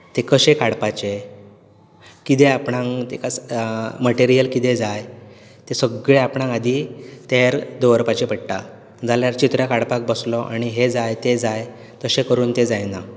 तें कशें काडपाचें कितें आपणाक तेका मटेरियल कितें जाय तें सगळें आपणाक आदीं तयार दवरपाचें पडटा जाल्यार चित्रां काडपाक बसलो आनी हें जाय तें जाय तशें करून तें जायना